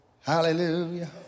Hallelujah